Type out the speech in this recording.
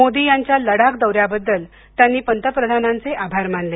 मोदी यांच्या लडाख दौऱ्याबद्दल त्यांनी पंतप्रधानांचे आभार मानले